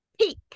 peak